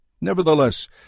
Nevertheless